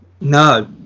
No